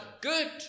good